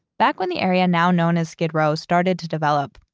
back when the area now known as skid row started to develop,